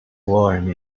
warm